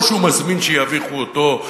או שהוא מזמין שיביכו אותו,